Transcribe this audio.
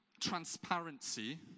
transparency